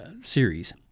series